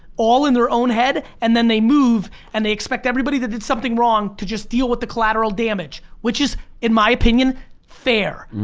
all in their own head and then they move and they expect everybody that did something wrong to just deal with the collateral damage. which is in my opinion fair.